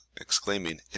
exclaiming